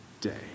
day